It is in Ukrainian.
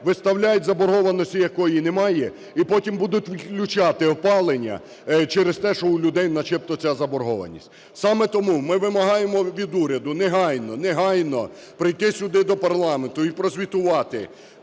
виставляють заборгованості, якої немає, і потім будуть відключати опалення через те, що в людей начебто ця заборгованість. Саме тому ми вимагаємо від уряду негайно – негайно! – прийти сюди, до парламенту, і прозвітувати,